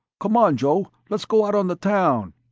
come on, joe. let's go out on the town!